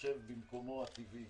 יושב במקומו הטבעי.